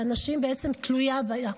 שאנשים תלויים בה,